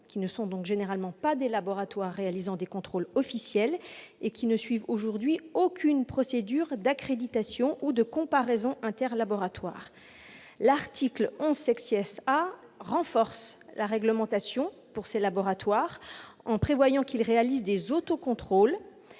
qui ne sont généralement pas des laboratoires effectuant des contrôles officiels et qui ne suivent aujourd'hui aucune procédure d'accréditation ou de comparaison interlaboratoires. L'article 11 A renforce la réglementation pour ces laboratoires, en prévoyant qu'ils réalisent des autocontrôles.